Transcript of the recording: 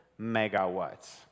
megawatts